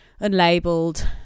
unlabeled